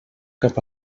cap